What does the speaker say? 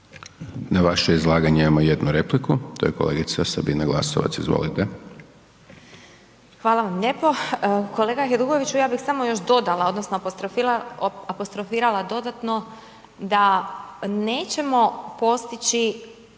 Na vaše izlaganje imamo jednu repliku, to je kolegica Sabina Glasovac. Izvolite. **Glasovac, Sabina (SDP)** Hvala vam lijepo. Kolega Hajdukoviću, ja bih samo još dodala, odnosno apostrofirala dodatno da nećemo postići